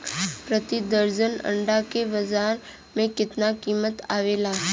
प्रति दर्जन अंडा के बाजार मे कितना कीमत आवेला?